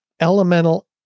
elemental